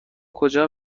کجا